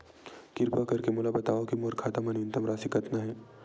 किरपा करके मोला बतावव कि मोर खाता मा न्यूनतम राशि कतना हे